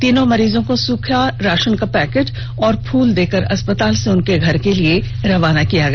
तीनों मरीजों को सूखा राशन का पैकेट और फूल देकर अस्पताल से उनके घर के लिए रवाना किया गया